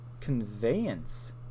conveyance